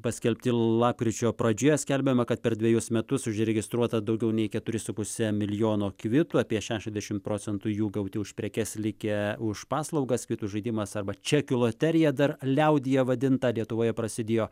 paskelbti lapkričio pradžioje skelbiama kad per dvejus metus užregistruota daugiau nei keturi su puse milijono kvitų apie šešiasdešim procentų jų gauti už prekes likę už paslaugas kvitų žaidimas arba čekių loterija dar liaudyje vadinta lietuvoje prasidėjo